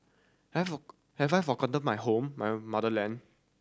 have have I forgotten my home my motherland